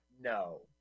No